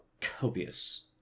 copious